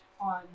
on